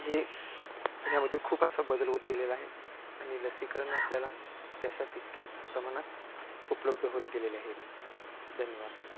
हे ह्यामध्ये खूप असं बदल होत गेलेला आहे आणि लसीकरण आपल्याला त्याच्या तितक्याच प्रमाणात उपलब्ध होत गेलेले आहेत धन्यवाद